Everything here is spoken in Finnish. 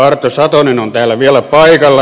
arto satonen on täällä vielä paikalla